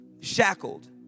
shackled